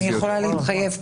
אני יכולה להתחייב כאן,